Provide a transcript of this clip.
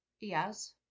Yes